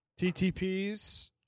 ttps